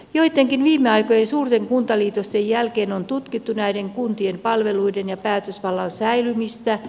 joittenkin viime aikojen suurten kuntaliitosten jälkeen on tutkittu näiden kuntien palveluiden ja päätösvallan säilymistä